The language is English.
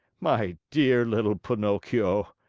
my dear little pinocchio!